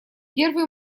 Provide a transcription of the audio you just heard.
первый